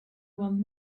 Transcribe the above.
one